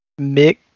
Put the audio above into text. Mick